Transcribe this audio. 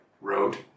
wrote